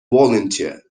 volunteer